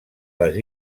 les